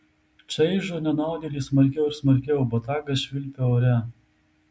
čaižo nenaudėlį smarkiau ir smarkiau botagas švilpia ore